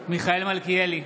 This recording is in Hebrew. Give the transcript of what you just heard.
מיכאל מלכיאלי,